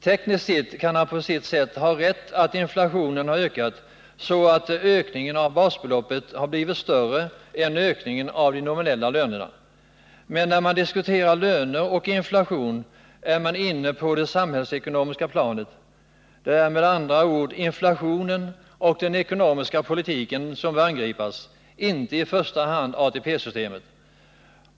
Tekniskt sett kan han på sitt sätt ha rätt i att inflationen har ökat så att ökningen av basbeloppet har blivit större än ökningen av de nominella lönerna. Men när man diskuterar löner och inflation är man inne på det samhällsekonomiska planet. Det är med andra ord inflationen och den ekonomiska politiken som bör angripas, inte i första hand ATP-systemet.